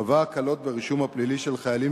קבע הקלות ברישום הפלילי של חיילים